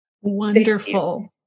Wonderful